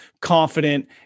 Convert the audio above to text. confident